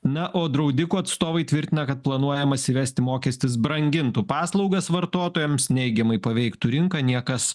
na o draudikų atstovai tvirtina kad planuojamas įvesti mokestis brangintų paslaugas vartotojams neigiamai paveiktų rinką niekas